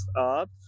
up